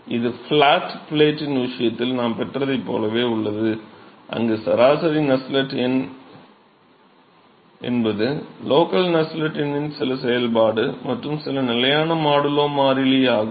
இது ஃப்ளாட் ப்ளேட்டின் விஷயத்தில் நாம் பெற்றதைப் போலவே உள்ளது அங்கு சராசரி நஸ்செல்ட் எண் என்பது லோக்கல் நஸ்செல்ட் எண்ணின் சில செயல்பாடு அல்லது சில நிலையான மாடுலோ மாறிலி ஆகும்